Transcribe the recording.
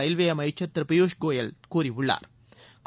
railway அமைச்சா் திரு பியூஷ் கோயல் கூறியுள்ளாா்